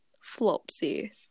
flopsy